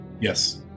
Yes